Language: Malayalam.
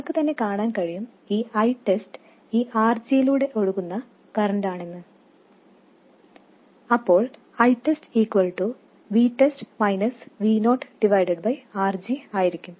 നിങ്ങൾക്ക് തന്നെ കാണാൻ കഴിയും ഈ ITEST ഈ RG യിലൂടെ ഒഴുകുന്ന കറൻറ് ആണെന്ന് അപ്പോൾ ITEST RG